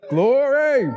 Glory